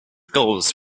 goals